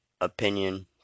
opinion